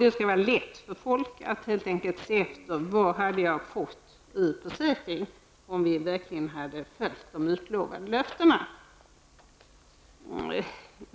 Det skall vara lätt för folk att se vad försäkringen skulle ha gett om de utlovade löfterna hade hållits.